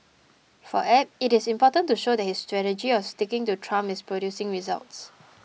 for Abe it is important to show that his strategy of sticking to Trump is producing results